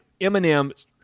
Eminem